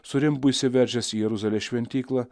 su rimbu įsiveržęs į jeruzalės šventyklą